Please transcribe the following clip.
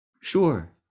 Sure